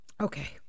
Okay